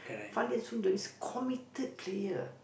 Fandi and Sundram is committed player